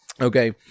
Okay